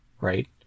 Right